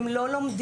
הם לא לומדים,